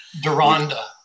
deronda